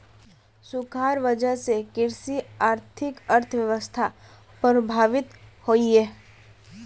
सुखार वजह से कृषि आधारित अर्थ्वैवास्था प्रभावित होइयेह